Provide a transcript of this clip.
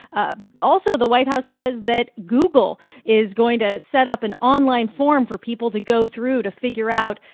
ah also, the white house says that google is going to set up an online form for people to go through to figure out,